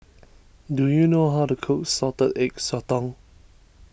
do you know how to cook Salted Egg Sotong